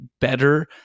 better